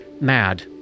mad